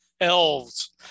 Elves